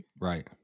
Right